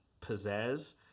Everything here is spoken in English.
pizzazz